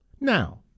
Now